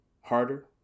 harder